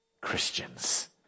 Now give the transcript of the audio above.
Christians